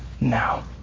now